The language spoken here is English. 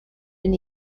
been